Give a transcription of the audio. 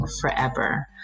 forever